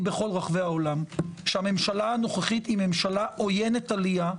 בכל רחבי העולם שהממשלה הנוכחית היא ממשלה עוינת עלייה,